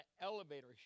elevator